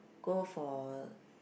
go for